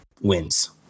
wins